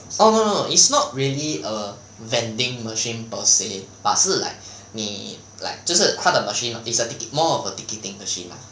oh no no is not really a vending machine per se but 是 like 你 like 就是它的 machine is a ticket more of a ticketing machine lah